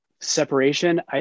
separation